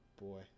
boy